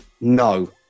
No